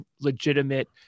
legitimate